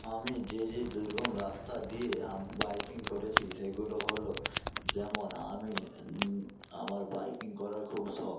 আমি যে যে দুর্গম রাস্তা দিয়ে বাইকিং করেছি সেগুলো হলো যেমন আমি আমার বাইকিং করার খুব শখ